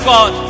God